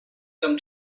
them